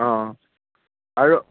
অঁ আৰু